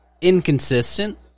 inconsistent